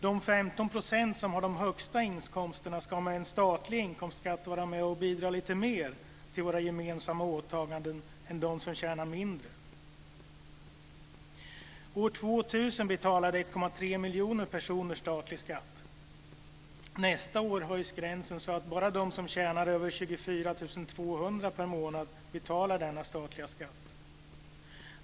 De 15 % som har de högsta inkomsterna ska med en statlig inkomstskatt vara med och bidra lite mer till våra gemensamma åtaganden än de som tjänar mindre. År 2000 betalade 1,3 miljoner personer statlig inkomstskatt. Nästa år höjs gränsen så att bara de som tjänar över 24 200 per månad betalar denna statliga skatt.